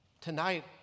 Tonight